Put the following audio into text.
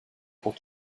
pour